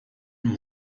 and